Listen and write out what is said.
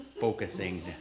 focusing